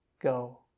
go